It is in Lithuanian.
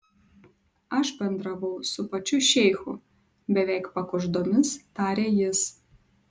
aš bendravau su pačiu šeichu beveik pakuždomis tarė jis